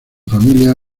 familia